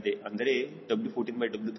ಅಂದರೆ W14W130